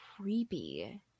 creepy